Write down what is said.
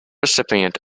recipient